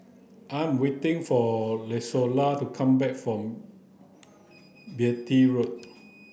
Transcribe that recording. I'm waiting for Izola to come back from Beatty Road